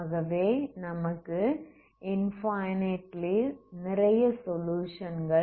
ஆகவே நமக்கு இன்ஃபனைட்லி நிறைய சொலுயுஷன்கள்